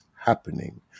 happening